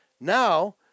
Now